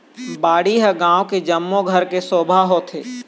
बाड़ी ह गाँव के जम्मो घर के शोभा होथे